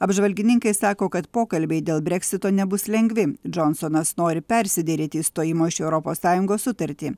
apžvalgininkai sako kad pokalbiai dėl breksito nebus lengvi džonsonas nori persiderėti išstojimo iš europos sąjungos sutartį